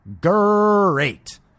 great